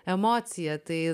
emocija tai